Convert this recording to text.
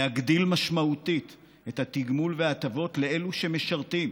להגדיל משמעותית את התגמול וההטבות לאלו שמשרתים,